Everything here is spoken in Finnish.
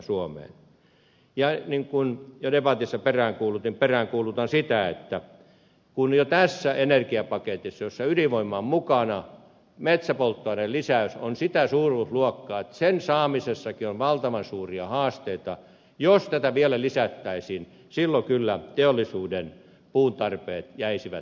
ja niin kuin jo debatissa peräänkuulutin peräänkuulutan sitä että kun jo tässä energiapaketissa jossa ydinvoima on mukana metsäpolttoaineen lisäys on sitä suuruusluokkaa että sen saamisessakin on valtavan suuria haasteita niin jos tätä vielä lisättäisiin silloin kyllä teollisuuden puuntarpeet jäisivät tyydyttämättä